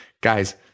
guys